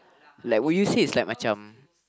like would you say it's like macam